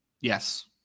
Yes